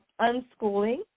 unschooling